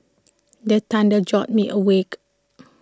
the thunder jolt me awake